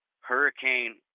Hurricane